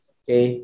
okay